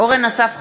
אורן אסף חזן,